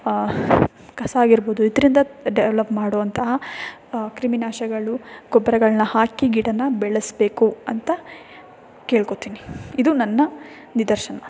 ಕಸ ಆಗಿರ್ಬೋದು ಇದರಿಂದ ಡೆವಲಪ್ ಮಾಡುವಂತಹ ಕ್ರಿಮಿನಾಶಗಳು ಗೊಬ್ಬರಗಳ್ನ ಹಾಕಿ ಗಿಡನ ಬೆಳೆಸಬೇಕು ಅಂತ ಕೇಳ್ಕೋತೀನಿ ಇದು ನನ್ನ ನಿದರ್ಶನ